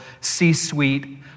C-suite